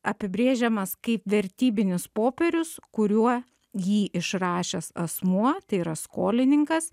apibrėžiamas kaip vertybinis popierius kuriuo jį išrašęs asmuo tai yra skolininkas